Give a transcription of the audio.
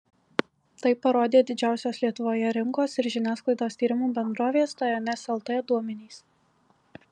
tai parodė didžiausios lietuvoje rinkos ir žiniasklaidos tyrimų bendrovės tns lt duomenys